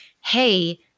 hey